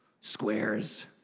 squares